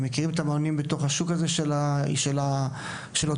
מכירים את המאמנים בתוך השוק של אותו ענף.